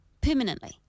permanently